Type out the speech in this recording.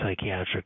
psychiatric